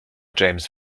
james